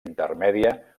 intermèdia